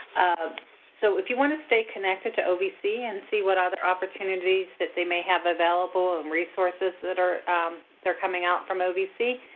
so, if you want to stay connected to ovc and see what other opportunities that they may have available and resources that are are coming out from ovc,